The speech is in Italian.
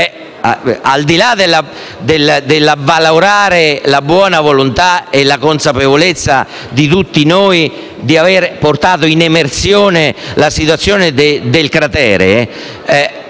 Al di là dell'avvalorare la buona volontà e la consapevolezza da parte di tutti noi di aver fatto emergere la situazione del cratere,